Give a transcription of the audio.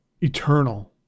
eternal